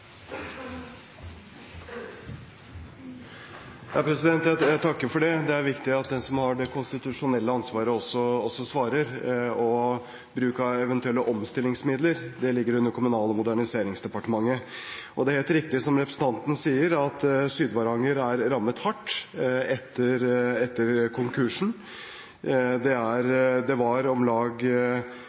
Jeg takker for det. Det er viktig at den som har det konstitusjonelle ansvaret, også svarer, og bruk av eventuelle omstillingsmidler ligger under Kommunal- og moderniseringsdepartementet. Det er helt riktig som representanten sier, at Sør-Varanger er rammet hardt etter konkursen. Det var om lag